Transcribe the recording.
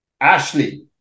Ashley